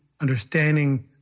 understanding